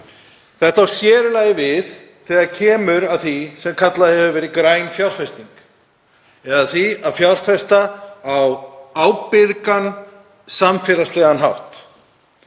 Þetta á sér í lagi við þegar kemur að því sem kallað hefur verið græn fjárfesting, eða því að fjárfesta á ábyrgan, samfélagslegan hátt.